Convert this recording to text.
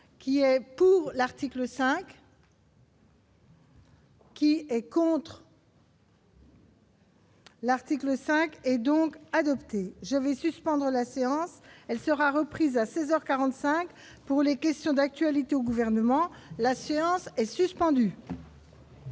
qui est pour l'article 5. Qui est contre. L'article 5 et donc adopté je vais suspendre la séance, elle sera reprise à 16 heures 45 pour les les questions d'actualité au gouvernement, la séance est suspendue.